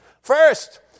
First